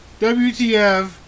WTF